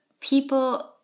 people